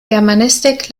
germanistik